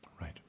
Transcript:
Right